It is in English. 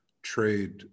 trade